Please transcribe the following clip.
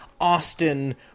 Austin